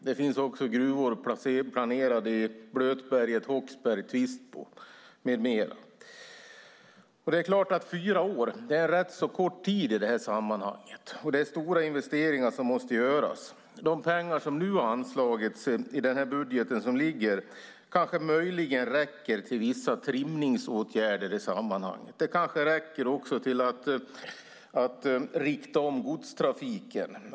Det finns också gruvor planerade i Blötberget, Håksberg, Tvistbo med mera. Det är klart att fyra år är rätt kort tid i sammanhanget, och det är stora investeringar som måste göras. De pengar som nu har anslagits i den budget som föreligger kanske räcker till vissa trimningsåtgärder i sammanhanget. Det kanske också räcker till att rikta om godstrafiken.